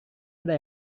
ada